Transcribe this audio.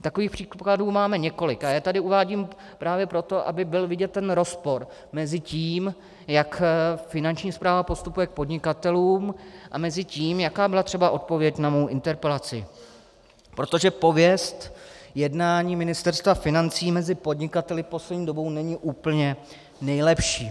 Takových příkladů máme několik a já je tady uvádím právě proto, aby byl vidět ten rozpor mezi tím, jak Finanční správa postupuje vůči podnikatelům, a tím, jaká byla třeba odpověď na mou interpelaci, protože pověst jednání Ministerstva financí mezi podnikateli poslední dobou není úplně nejlepší.